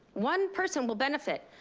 one person will benefit.